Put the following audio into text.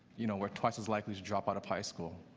you know we're twice as likely to drop out of high school.